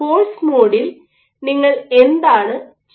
force മോഡിൽ നിങ്ങൾ എന്താണ് ചെയ്യുന്നത്